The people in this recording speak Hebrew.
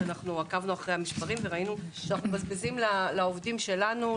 עקבנו אחרי המספרים וראינו שאנו מבזבזים לעובדים שלנו,